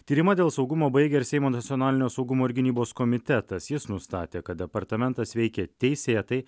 tyrimą dėl saugumo baigia ir seimo nacionalinio saugumo ir gynybos komitetas jis nustatė kad departamentas veikė teisėtai